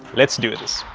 let's do this!